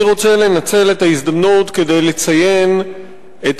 אני רוצה לנצל את ההזדמנות כדי לציין את